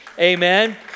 Amen